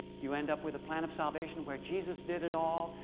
you end up with a plan of salvation where jesus did it all.